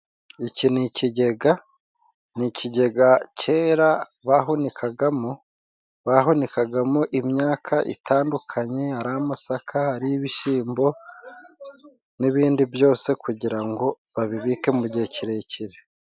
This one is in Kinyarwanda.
Iki ni ikigega, ni ikigega kera bahunikagamo, bahunikagamo imyaka itandukanye ari amasaka ari ibishyimbo n'ibindi byose kugira ngo babibike mu gihe kirekire.